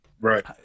Right